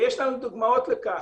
יש לנו דוגמאות לכך.